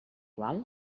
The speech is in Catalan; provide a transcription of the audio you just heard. gual